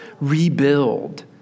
rebuild